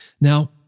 Now